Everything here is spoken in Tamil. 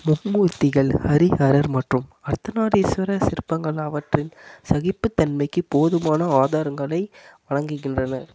மும்மூர்த்திகள் ஹரிஹரர் மற்றும் அர்த்தநாதீஸ்வரர் சிற்பங்கள் அவற்றின் சகிப்புத்தன்மைக்கு போதுமான ஆதாரங்களை வழங்குகின்றன